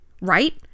right